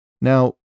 Now